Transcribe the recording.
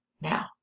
Now